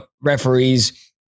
referees